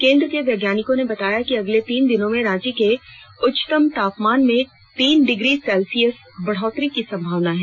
केंद्र के वैज्ञानिकों ने बताया कि अगले तीन दिनों में रांची के उच्चतम तापमान में तीन डिग्री सेल्सियस बढ़ोतरी की संभावना है